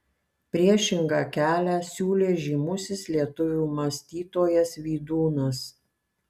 priešingą kelią siūlė žymusis lietuvių mąstytojas vydūnas